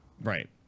Right